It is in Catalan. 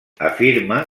afirma